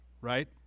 right